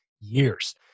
years